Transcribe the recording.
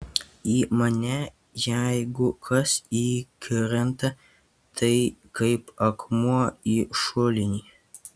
į mane jeigu kas įkrenta tai kaip akmuo į šulinį